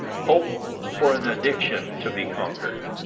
hope for an addiction to be conquered